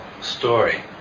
story